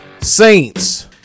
Saints